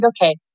okay